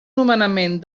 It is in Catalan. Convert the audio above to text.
nomenament